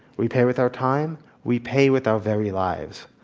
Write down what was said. we pay with our time. we pay with our very lives.